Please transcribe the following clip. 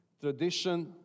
tradition